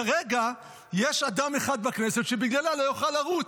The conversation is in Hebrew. כרגע יש אדם אחד בכנסת שבגללה לא יוכל לרוץ,